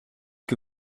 que